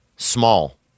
small